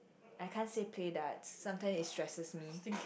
I can't say play darts sometimes it stresses me